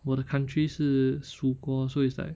我的 country 是蜀國 so it's like